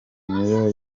niyo